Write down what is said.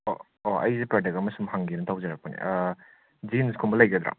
ꯑꯣ ꯑꯣ ꯑꯩꯁꯦ ꯄ꯭ꯔꯗꯛ ꯑꯃ ꯁꯨꯝ ꯍꯪꯒꯦꯅ ꯇꯧꯖꯔꯛꯄꯅꯦ ꯖꯤꯟꯁꯀꯨꯝꯕ ꯂꯩꯒꯗ꯭ꯔꯣ